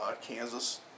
Kansas